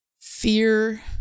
Fear